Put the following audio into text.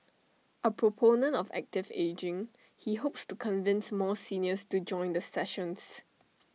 A proponent of active ageing he hopes to convince more seniors to join the sessions